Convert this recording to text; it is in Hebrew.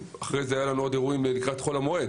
אחרי זה היו לנו עוד אירועים לקראת חול המועד,